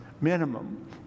minimum